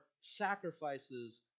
sacrifices